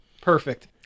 Perfect